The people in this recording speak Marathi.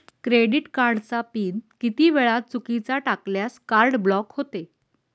क्रेडिट कार्डचा पिन किती वेळा चुकीचा टाकल्यास कार्ड ब्लॉक होते?